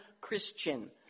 Christian